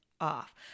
off